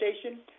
station